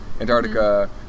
Antarctica